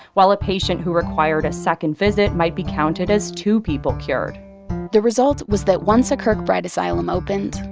while a patient who required a second visit might be counted as two people cured the result was that once a kirkbride asylum opened,